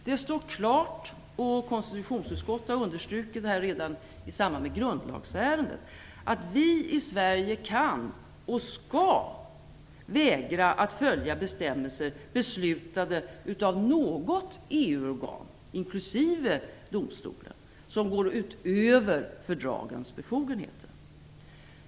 Det står klart, och konstitutionsutskottet har understrukit detta redan i samband med grundlagsärendet, att vi i Sverige kan och skall vägra att följa bestämmelser beslutade av något EU-organ, inklusive EU-domstolen, som går utöver fördragens befogenheter.